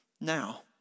now